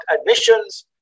admissions